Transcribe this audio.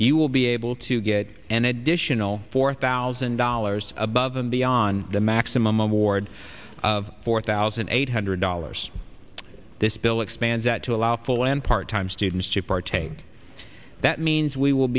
you will be able to get an additional four thousand dollars above and beyond the maximum award of four thousand eight hundred dollars this bill expands that to allow full and part time students to partake that means we will